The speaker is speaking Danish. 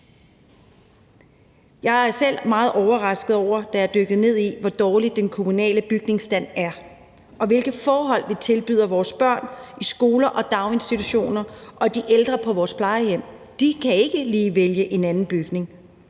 Jeg var selv meget overrasket over, da jeg dykkede ned i det, hvor dårlig den kommunale bygningsstand er, og hvilke forhold vi tilbyder vores børn i skoler og daginstitutioner og de ældre på vores plejehjem. De kan ikke lige vælge en anden bygning.